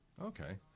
Okay